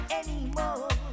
anymore